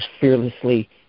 fearlessly